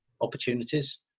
opportunities